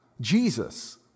Jesus